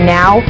now